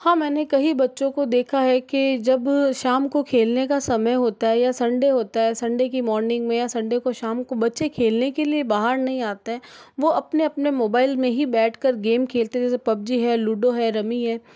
हाँ मैंने कही बच्चों को देखा है कि जब शाम को खेलने का समय होता है या संडे होता है संडे की मॉर्निंग में या संडे को शाम को बच्चों खेलने के लिए बाहर नहीं आते हैं वह अपने अपने मोबाइल में ही बैठ कर गेम खेलते जैसे पबजी है लूडो है रमी है